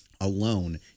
Alone